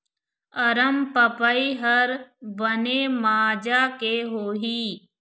अरमपपई हर बने माजा के होही?